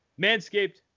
Manscaped